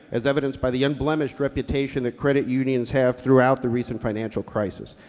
as evidence by the unblemished reputation that credit unions have throughout the recent financial crisis.